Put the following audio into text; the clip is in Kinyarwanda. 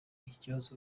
ikibazo